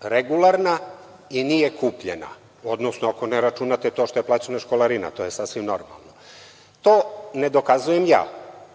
regularna i nije kupljena, odnosno ako ne računate to što je plaćena školarina, to je sasvim normalno. To ne dokazujem ja,